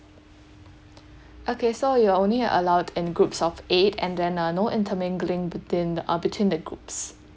okay so you are only allowed in groups of eight and then uh no intermingling within uh between the groups